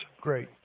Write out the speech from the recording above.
Great